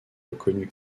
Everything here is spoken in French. reconnue